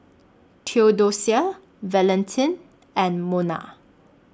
Theodocia Valentin and Mona